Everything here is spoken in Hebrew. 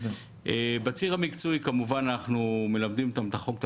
בציר המקצועי כמובן אנחנו מלמדים אותם את החוק,